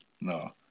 no